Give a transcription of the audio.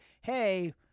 hey